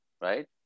Right